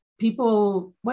People